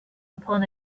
upon